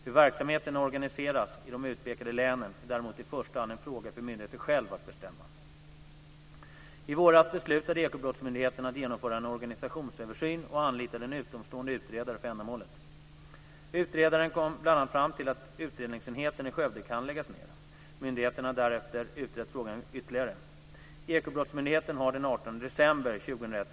Hur verksamheten organiseras i de utpekade länen är däremot i första hand en fråga för myndigheten själv att bestämma. I våras beslutade Ekobrottsmyndigheten att genomföra en organisationsöversyn och anlitade en utomstående utredare för ändamålet. Utredaren kom bl.a. fram till att utredningsenheten i Skövde kan läggas ned. Myndigheten har därefter utrett frågan ytterligare.